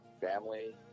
Family